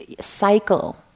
cycle